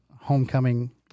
homecoming